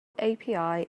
api